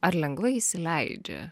ar lengvai įsileidžia